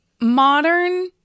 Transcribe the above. modern